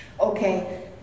Okay